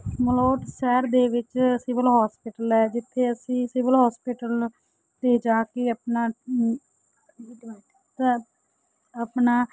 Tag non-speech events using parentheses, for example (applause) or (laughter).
ਮਲੋਟ ਸ਼ਹਿਰ ਦੇ ਵਿੱਚ ਸਿਵਲ ਹੋਸਪਿਟਲ ਹੈ ਜਿੱਥੇ ਅਸੀਂ ਸਿਵਲ ਹੋਸਪਿਟਲ 'ਤੇ ਜਾ ਕੇ ਆਪਣਾ (unintelligible) ਆਪਣਾ